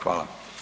Hvala.